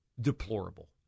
deplorable